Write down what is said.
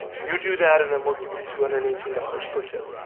you do that and then we'll give you two hundred and eighteen dollars per kid.